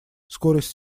скорость